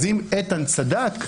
אז אם איתן צדק,